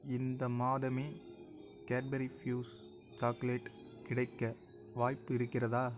இந்த மாதமே Cadbury Fuse chocolate கிடைக்க வாய்ப்பிருக்கிறதா